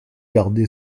gardé